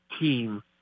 team